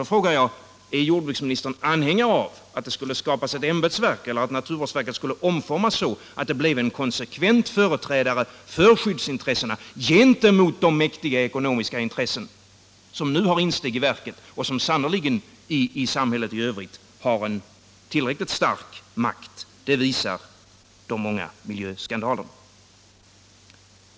Då frågar jag: Är jordbruksministern anhängare av att naturvårdsverket omformas så, att det blir en konsekvent företrädare för skyddsintressena gentemot de mäktiga ekonomiska intressen som nu har insteg i verket? De har sannerligen en tillräckligt stark makt i samhället i övrigt; det bevisar de många miljöskandalerna.